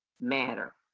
matter